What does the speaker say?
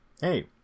Hey